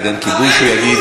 היה ברור שהם רוצים.